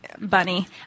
Bunny